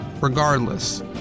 regardless